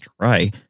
try